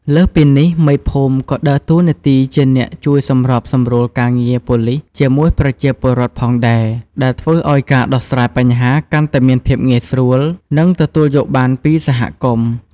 លើសពីនេះ មេភូមិក៏ដើរតួនាទីជាអ្នក ជួយសម្របសម្រួលការងារប៉ូលីសជាមួយប្រជាពលរដ្ឋ ផងដែរ ដែលធ្វើឱ្យការដោះស្រាយបញ្ហាកាន់តែមានភាពងាយស្រួល និងទទួលយកបានពីសហគមន៍។